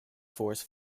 forest